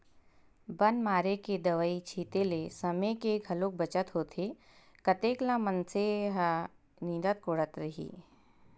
बन मारे के दवई छिते ले समे के घलोक बचत होथे कतेक ल मनसे ह निंदत कोड़त रइही